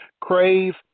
Crave